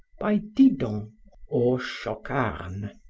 by didon or chocarne.